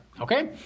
Okay